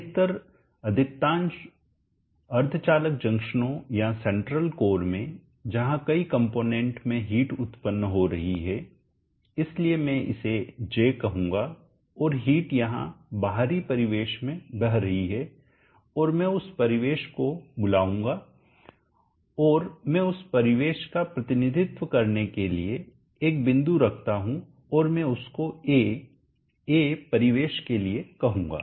अधिकतर अधिकांश अर्धचालक जंक्शनों या सेंट्रल कोर में जहां कई कंपोनेंट में हिट उत्पन्न हो रही है इसलिए मैं इसे J कहूंगा और हिट यहां बाहरी परिवेश में बह रही है और मैं उस परिवेश को बुलाऊंगा और मैं उस परिवेश का प्रतिनिधित्व करने के लिए एक बिंदु रखता हूं और मैं उसको A A परिवेश के लिए कहूंगा